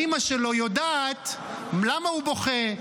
האימא שלו יודעת למה הוא בוכה,